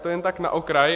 To jen tak na okraj.